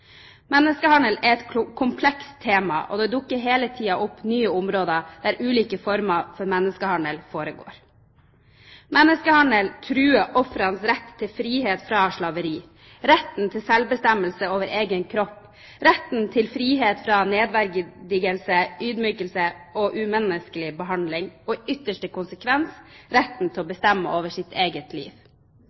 Menneskehandel er et komplekst tema, og det dukker hele tiden opp nye områder der ulike former for menneskehandel foregår. Menneskehandel truer ofrenes rett til frihet fra slaveri, retten til selvbestemmelse over egen kropp, retten til frihet fra nedverdigelse, ydmykelse og umenneskelig behandling og i ytterste konsekvens retten til å bestemme over sitt eget liv.